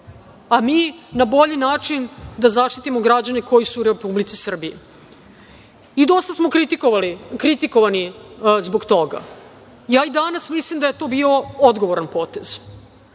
a mi na bolji način da zaštitimo građane koji su u Republici Srbiji. Dosta smo kritikovani zbog toga. Ja i danas mislim da je to bio odgovoran potez.